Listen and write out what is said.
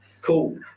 cool